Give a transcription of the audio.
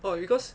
oh because